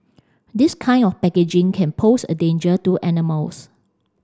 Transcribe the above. this kind of packaging can pose a danger to animals